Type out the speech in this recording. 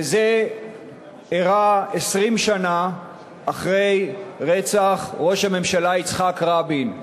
וזה אירע 20 שנה אחרי רצח ראש הממשלה יצחק רבין.